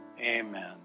Amen